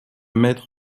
mettre